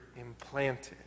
implanted